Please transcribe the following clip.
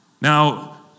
Now